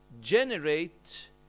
generate